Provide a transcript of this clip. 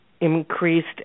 increased